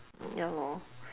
ya lor